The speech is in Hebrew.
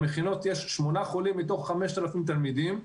במכינות יש 8 חולים מתוך 5,000 תלמידים,